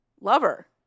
lover